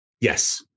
Yes